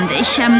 Ich